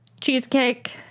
cheesecake